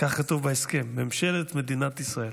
כך כתוב בהסכם, ממשלת מדינת ישראל.